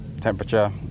temperature